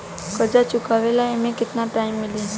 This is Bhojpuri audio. कर्जा चुकावे ला एमे केतना टाइम मिली?